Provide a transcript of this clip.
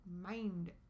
mind